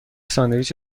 ساندویچ